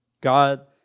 God